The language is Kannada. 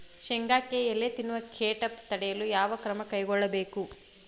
ಶೇಂಗಾಕ್ಕೆ ಎಲೆ ತಿನ್ನುವ ಕೇಟ ತಡೆಯಲು ಯಾವ ಕ್ರಮ ಕೈಗೊಳ್ಳಬೇಕು?